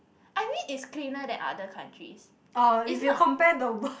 I mean it's cleaner than other countries it's not